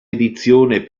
edizione